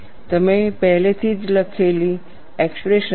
તમે પહેલેથી જ લખેલી એક્સપ્રેશન છે